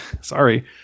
Sorry